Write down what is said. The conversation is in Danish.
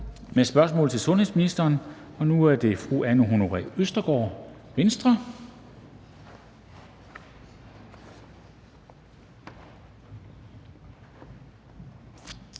med spørgsmål til sundhedsministeren, og nu er det fru Anne Honoré Østergaard, Venstre.